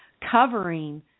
covering